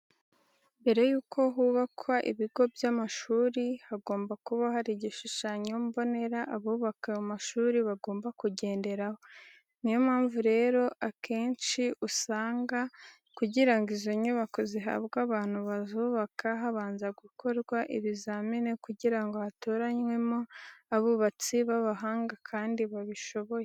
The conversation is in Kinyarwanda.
Mbere yuko hubakwa ibigo by'amashuri hagomba kuba hari igishushanyo mbonera abubaka ayo mashuri bagomba kugenderaho. Ni yo mpamvu rero usanga akenshi kugira ngo izo nyubako zihabwe abantu bazubaka, habanza gukorwa ibizamini kugira ngo hatoranwemo abubatsi b'abahanga kandi babishoboye.